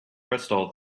crystal